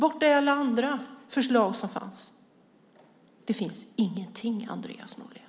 Borta är alla andra förslag som fanns. Det finns ingenting, Andreas Norlén.